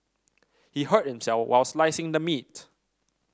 he hurt himself while slicing the meat